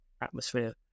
atmosphere